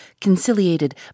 conciliated